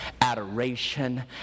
adoration